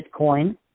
Bitcoin